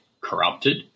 corrupted